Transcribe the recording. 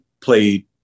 played